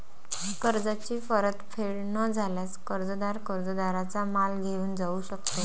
कर्जाची परतफेड न झाल्यास, कर्जदार कर्जदाराचा माल घेऊन जाऊ शकतो